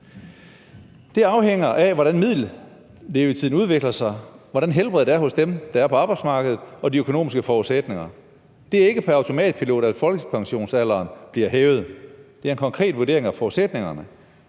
Det afhænger af, hvordan middellevetiden udvikler sig, hvordan helbredet er hos dem, der er på arbejdsmarkedet, og de økonomiske forudsætninger. Det er ikke pr. automatpilot, at folkepensionsalderen bliver hævet. Det er en konkret vurdering af forudsætningerne.«